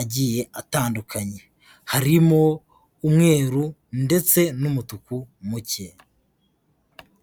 agiye atandukanye. Harimo umweru ,ndetse n'umutuku muke.